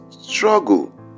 struggle